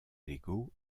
légaux